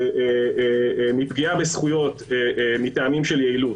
מפגיעה בזכויות מטעמים של יעילות,